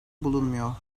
bulunmuyor